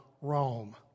Rome